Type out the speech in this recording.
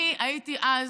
אני הייתי אז